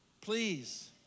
Please